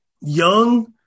Young